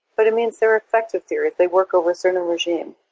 but it means they're effective theories. they work over a certain regime.